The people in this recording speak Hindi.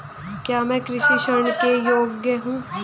क्या मैं कृषि ऋण के योग्य हूँ?